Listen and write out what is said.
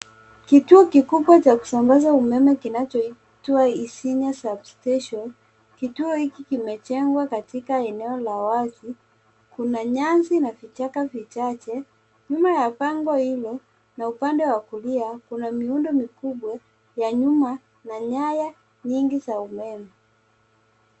Kituo kikubwa cha kusambaza umeme kinachoitwa Isinya sub station .Kituo hiki kimejengwa katika eneo la wazi. Kuna nyasi na vichaka vichache. Nyuma ya bango hilo na upande wa kulia kuna miundo mikubwa ya nyuma na nyaya nyingi za umeme.